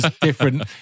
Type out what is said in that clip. different